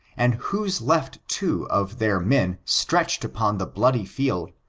and whose left two of their men stretched upon the bloody field,